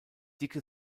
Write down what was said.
dicke